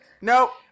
Nope